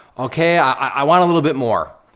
okay, i want a little bit more.